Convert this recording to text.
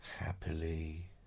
happily